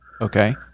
Okay